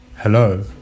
Hello